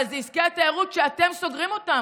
אבל אלה עסקי התיירות שאתם סוגרים אותם,